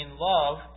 love